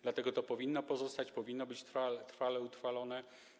Dlatego to powinno pozostać, powinno być trwałe, utrwalone.